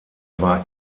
war